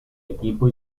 equipo